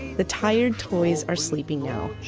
the tired toys are sleeping now,